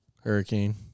hurricane